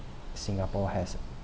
singapore has